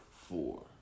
four